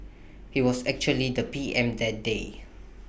he was actually the P M that day